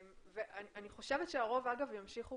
אני חושב שהרוב ימשיכו